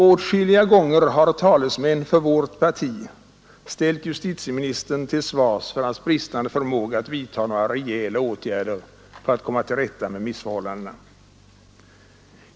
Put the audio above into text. Åtskilliga gånger har talesmän för vårt parti ställt justitieministern till svars för hans bristande förmåga att vidta några rejäla åtgärder för att komma till rätta med missförhållandena.